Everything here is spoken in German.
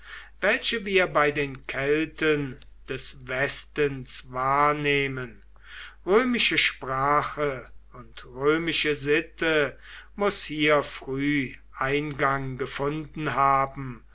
welche wir bei den kelten des westens wahrnehmen römische sprache und römische sitte muß hier früh eingang gefunden haben